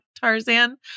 Tarzan